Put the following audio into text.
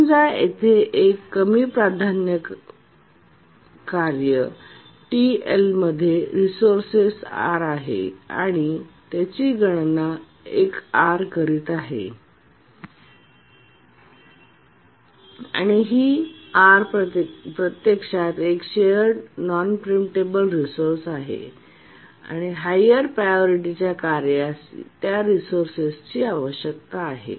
समजा येथे कमी प्राथमिकतेचे कार्य T L मध्ये एक रिसोर्सेस R आहे आणि काही गणना एक R करीत आहे आणि ही R प्रत्यक्षात एक शेअर्ड नॉन प्रिम्पटेबल रिसोर्सेस आहे आणि हायर प्रायोरिटीच्या कार्यास त्या रिसोर्सेसची आवश्यकता आहे